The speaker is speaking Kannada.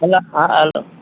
ಹಲೋ